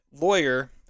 lawyer